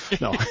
No